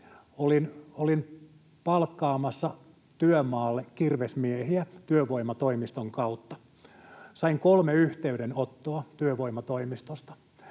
Olin palkkaamassa työmaalle kirvesmiehiä työvoimatoimiston kautta. Sain kolme yhteydenottoa työvoimatoimistosta.